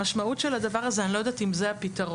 המשמעות של הדבר הזה, ואני לא יודעת אם זה הפתרון,